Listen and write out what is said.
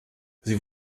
sie